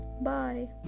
Bye